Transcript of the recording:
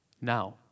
Now